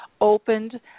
Opened